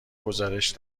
گزارش